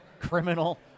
criminal